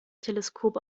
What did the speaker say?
teleskop